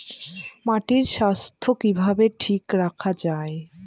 মাটির স্বাস্থ্য কিভাবে ঠিক রাখা যায়?